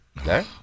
Okay